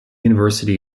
university